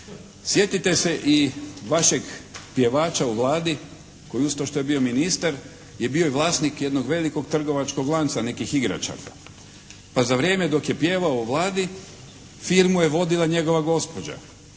Sjetite se i vašeg pjevača u Vladi koji uz to što je bio ministar, je bio i vlasnik jednog velikog trgovačkog lanca nekih igračaka, pa za vrijeme dok je pjevao u Vladi firmu je vodila njegova gospođa.